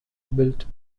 built